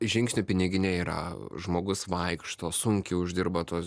žingsnių piniginėje yra žmogus vaikšto sunkiai uždirba tuos